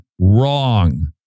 wrong